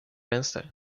vänster